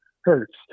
hurts